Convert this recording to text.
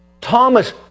Thomas